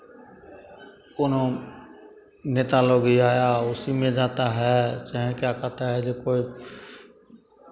कोनो नेता लोग आया उसीमें जाता हैं चाहे क्या कहता है जो कोई